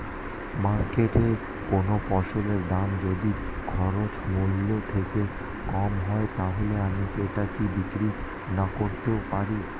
মার্কেটৈ কোন ফসলের দাম যদি খরচ মূল্য থেকে কম হয় তাহলে আমি সেটা কি বিক্রি নাকরতেও পারি?